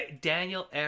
Daniel